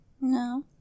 No